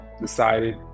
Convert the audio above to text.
decided